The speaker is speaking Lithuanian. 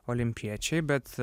olimpiečiai bet